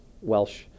Welsh